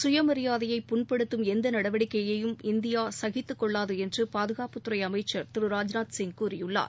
சுயமியாதையை புண்படுத்தும் எந்த நடவடிக்கையையும் இந்தியா சகித்துக் கொள்ளாது என்று பாதுகாப்புத்துறை அமைச்சர் திரு ராஜ்நாத்சிங் கூறியுள்ளார்